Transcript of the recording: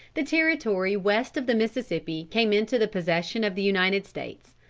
the territory west of the mississippi came into the possession of the united states.